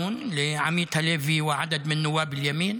בקשר למה שהוצע בהצעת החוק של עמית הלוי וכמה חברי כנסת מהימין,